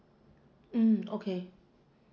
mm okay